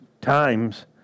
times